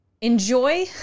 enjoy